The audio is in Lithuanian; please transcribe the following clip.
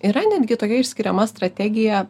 yra netgi tokia išskiriama strategija